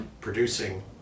producing